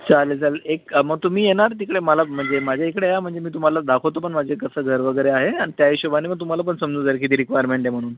चालेल चालेल एक मग तुम्ही येणार तिकडे मला म्हणजे माझ्या इकडे या म्हणजे मी तुम्हाला दाखवतो पण माझे कसं घर वगैरे आहे आणि त्या हिशोबाने मग तुम्हाला पण समजून जाईल किती रिक्वायरमेंट आहे म्हणून